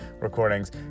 recordings